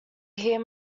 hear